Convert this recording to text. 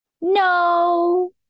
No